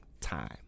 time